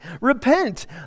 Repent